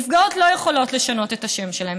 נפגעות לא יכולות לשנות את השם שלהן.